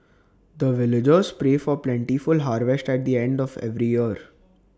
the villagers pray for plentiful harvest at the end of every year